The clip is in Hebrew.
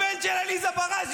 הבן של עליזה בראשי,